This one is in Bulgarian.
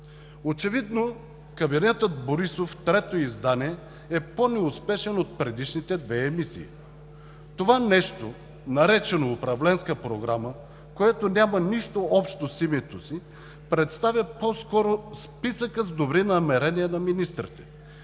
Очевидно кабинетът Борисов – трето издание, е по-неуспешен от предишните две емисии. Това нещо, наречено „Управленска програма“, което няма нищо общо с името си, представя по-скоро списъка с добри намерения на министрите.